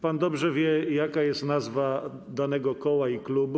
Pan dobrze wie, jaka jest nazwa danego koła i klubu.